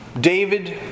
David